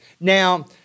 Now